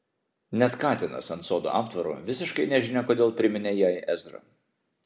net katinas ant sodo aptvaro visiškai nežinia kodėl priminė jai ezrą